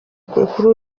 kuri